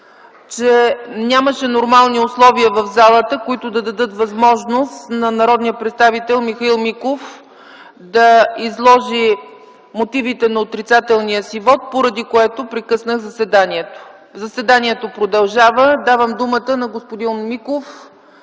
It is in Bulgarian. че нямаше нормални условия в залата, които да дадат възможност на народния представител Михаил Миков да изложи мотивите на отрицателния си вот, поради което прекъснах заседанието. Заседанието продължава. Давам думата на господин Миков